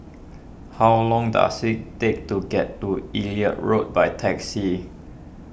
how long does it take to get to Elliot Road by taxi